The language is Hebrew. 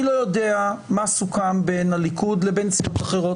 אני לא יודע מה סוכם בין הליכוד לבין סיעות אחרות.